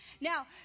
Now